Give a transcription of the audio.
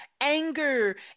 Anger